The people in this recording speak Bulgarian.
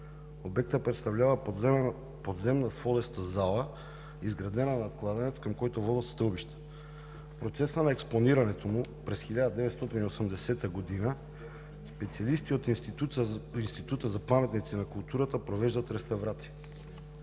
Обектът представлява подземна сводеста зала, изградена над кладенец, към който водят стълбища. В процеса на експонирането му през 1980 г. специалисти от Института за паметници на културата провеждат реставрация.